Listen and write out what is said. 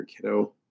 kiddo